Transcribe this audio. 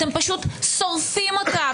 אתם פשוט שורפים אותה,